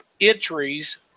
entries